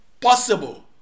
possible